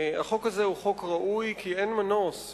החוק הזה הוא חוק ראוי, כי אין מנוס.